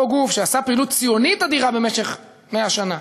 אותו גוף שעשה פעילות ציונית אדירה במשך 100 שנה,